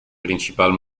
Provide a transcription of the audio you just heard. principal